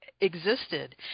existed